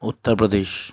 Uttar Pradesh